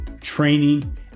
training